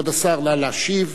כבוד השר, נא להשיב.